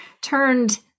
turned